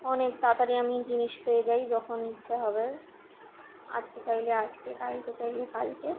অনেক তাড়াতাড়ি আমি জিনিস পেয়ে যাই যখন ইচ্ছা হবে আজকে চাইলে আজকে কালকে চাইলে কালকে